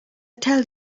tell